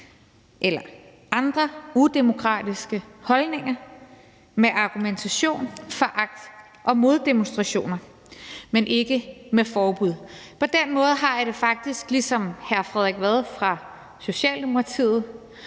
eller andre udemokratiske holdninger, med argumentation, foragt og moddemonstrationer, men ikke med forbud. På den måde har jeg det faktisk ligesom hr. Frederik Vad fra Socialdemokratiet: